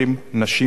נשים וטף,